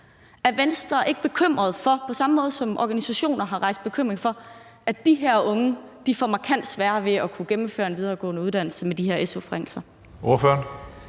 Er Venstre ikke bekymret for, ligesom organisationer har rejst den bekymring, at de her unge får markant sværere ved at kunne gennemføre en videregående uddannelse med de her su-forringelser?